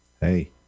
hey